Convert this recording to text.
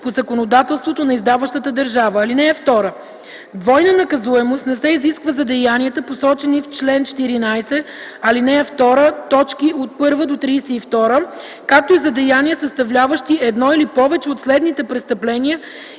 по законодателството на издаващата държава. (2) Двойна наказуемост не се изисква за деянията, посочени в чл. 14, ал. 2, т. 1-32, както и за деяния, съставляващи едно или повече от следните престъпления